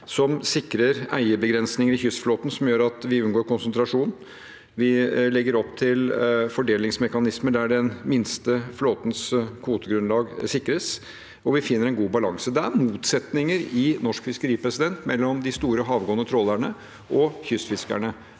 som sikrer eierbegrensnin ger i kystflåten, noe som gjør at vi unngår konsentrasjon. Vi legger opp til fordelingsmekanismer der den minste flåtens kvotegrunnlag sikres, og vi finner en god balanse. Det er motsetninger i norsk fiskeri mellom de store havgående trålerne og kystfiskerne.